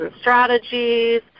strategies